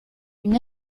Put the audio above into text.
une